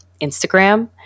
instagram